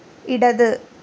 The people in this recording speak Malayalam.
ഇടത്